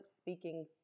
speaking